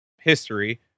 history